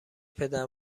پدرو